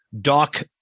Doc